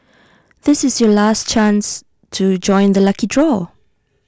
this is your last chance to join the lucky draw